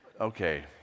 Okay